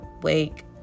Wake